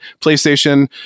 PlayStation